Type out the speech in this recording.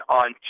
on